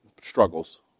struggles